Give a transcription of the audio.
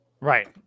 Right